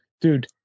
Dude